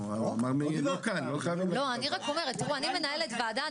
אני מנהלת ועדה.